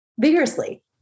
vigorously